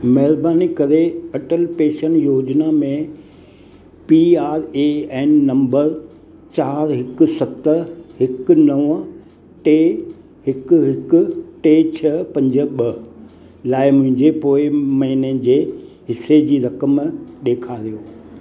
महिरबानी करे अटल पेंशन योजना में P R A N number चारि हिकु सत हिकु नव टे हिकु हिकु टे छ्ह पंज ॿ लाइ मुंहिंजे पोएं महीने जे हिसे जी रक़म ॾेखारियो